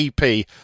ep